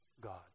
God